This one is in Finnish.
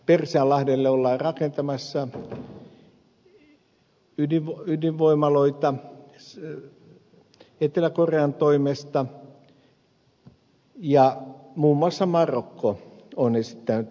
persianlahdelle ollaan rakentamassa ydinvoimaloita etelä korean toimesta ja muun muassa marokko on esittänyt tällaisen toiveen